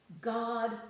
God